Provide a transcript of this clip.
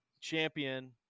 champion